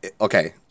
Okay